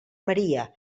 maria